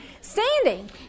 standing